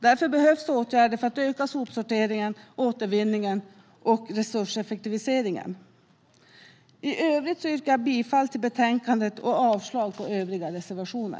Därför behövs åtgärder för att öka sopsorteringen, återvinningen och resurseffektiviseringen. I övrigt yrkar jag bifall till utskottets förslag och avslag på övriga reservationer.